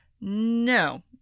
No